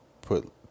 put